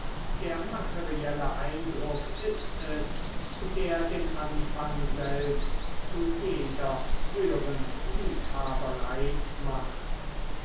der materielle eindruck ist es der den anfang selbst zu jeder höheren liebhaberei macht